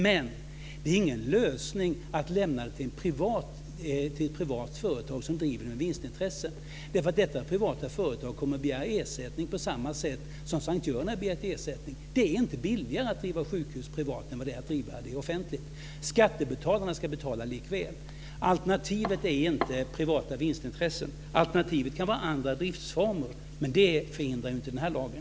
Men det är ingen lösning att lämna sjukhuset till ett privat företag som driver det med vinstintresse, därför att detta privata företag kommer att kräva ersättning på samma sätt som S:t Göran har begärt ersättning. Det är inte billigare att driva sjukhus privat än det är att driva dem offentligt. Skattebetalarna ska likväl betala. Alternativet är inte privata vinstintressen. Alternativet kan vara andra driftsformer. Men det förhindrar inte den här lagen.